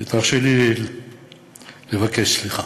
ותרשה לי לבקש סליחה.